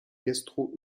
gastro